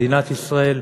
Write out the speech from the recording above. מדינת ישראל,